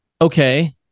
okay